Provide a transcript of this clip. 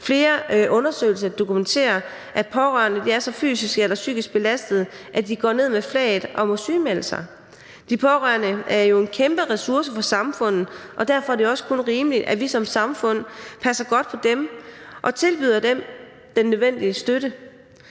Flere undersøgelser dokumenterer, at pårørende er så fysisk eller psykisk belastede, at de går ned med flaget og må sygemelde sig. De pårørende er jo en kæmpe ressource for samfundet, og derfor er det også kun rimeligt, at vi som samfund passer godt på dem og tilbyder dem den nødvendige støtte.